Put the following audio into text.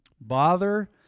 bother